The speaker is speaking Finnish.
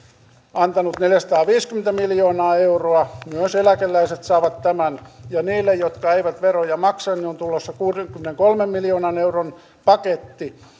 antanut neljäsataaviisikymmentä miljoonaa euroa myös eläkeläiset saavat tämän ja niille jotka eivät veroja maksa on tulossa kuudenkymmenenkolmen miljoonan euron paketti